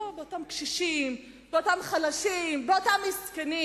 לא, באותם קשישים, באותם חלשים, באותם מסכנים.